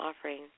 offering